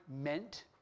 meant